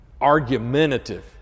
argumentative